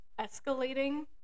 escalating